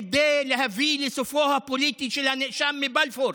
כדי להביא לסופו הפוליטי של הנאשם מבלפור,